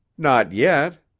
not yet.